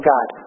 God